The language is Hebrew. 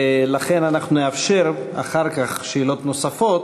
לכן אנחנו נאפשר אחר כך שאלות נוספות